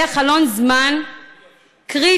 היה חלון זמן קריטי,